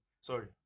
Sorry